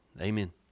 Amen